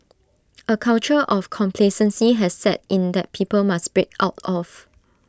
A culture of complacency has set in that people must break out of